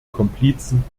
komplizen